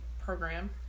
program